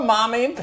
Mommy